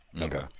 Okay